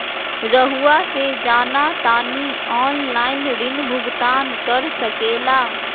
रहुआ से जाना तानी ऑनलाइन ऋण भुगतान कर सके ला?